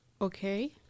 okay